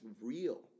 real